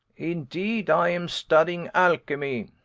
indeed, i am studying alchemy.